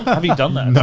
have you done that? and